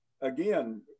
Again